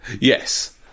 Yes